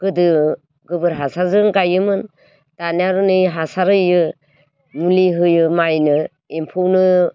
गोदो गोबोर हासारजों गायोमोन दाना आर नै हासार होयो मुलि होयो माइनो एम्फौनो